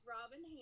Robin